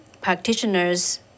practitioners